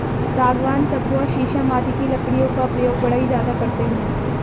सागवान, सखुआ शीशम आदि की लकड़ियों का प्रयोग बढ़ई ज्यादा करते हैं